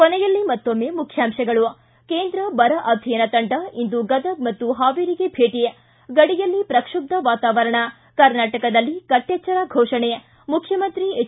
ಕೊನೆಯಲ್ಲಿ ಮತ್ತೊಮ್ಮೆ ಮುಖ್ಯಾಂಶಗಳು ಿ ಕೇಂದ್ರ ಬರ ಅಧ್ಯಯನ ತಂಡ ಇಂದು ಗದಗ್ ಮತ್ತು ಹಾವೇರಿಗೆ ಭೇಟಿ ಿ ಗಡಿಯಲ್ಲಿ ಪ್ರಕ್ಷಬ್ಧ ವಾತಾವರಣ ಕರ್ನಾಟಕದಲ್ಲಿ ಕಟ್ಟೆಚ್ಚರ ಫೋಷಣೆ ಮುಖ್ಯಮಂತ್ರಿ ಎಚ್